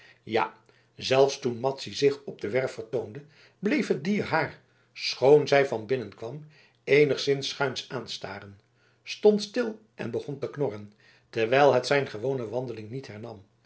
ja zelfs toen madzy zich op de werf vertoonde bleef het dier haar schoon zij van binnen kwam eenigszins schuins aanstaren stond stil en begon te knorren terwijl het zijn gewone wandeling niet hernam